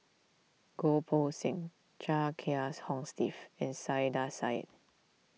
Goh Poh Seng Chia Kiah's Hong Steve and Saiedah Said